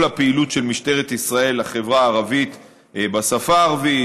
הפעילות של משטרת ישראל לחברה הערבית בשפה הערבית,